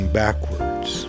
backwards